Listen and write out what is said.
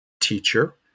teacher